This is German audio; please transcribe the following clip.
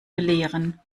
belehren